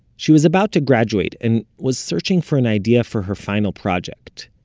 she was about to graduate, and was searching for an idea for her final project.